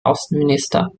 außenminister